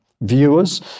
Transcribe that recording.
viewers